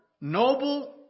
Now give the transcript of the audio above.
noble